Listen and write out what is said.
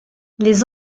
les